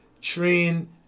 train